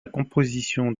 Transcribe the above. composition